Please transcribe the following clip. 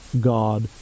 God